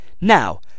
Now